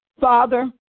Father